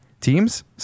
teams